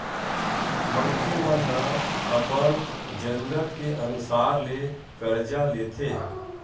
मनखे मन ह अपन जरूरत के अनुसार ले करजा लेथे